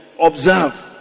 observe